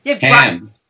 Ham